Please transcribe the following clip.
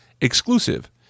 exclusive